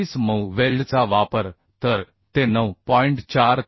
25 मऊ वेल्डचा वापर तर ते 9